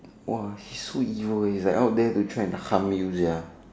!wah! so evil is like out there to try and harm you sia